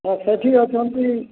ହଁ ସେଇଠି ଅଛନ୍ତି